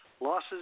Losses